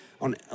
on